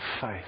faith